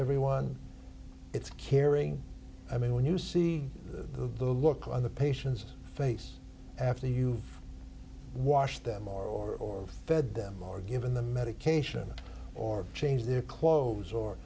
everyone it's caring i mean when you see the look of other patients face after you've washed them or fed them or given the medication or change their clothes or